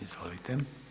Izvolite.